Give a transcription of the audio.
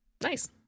Nice